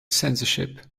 censorship